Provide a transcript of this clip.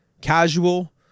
casual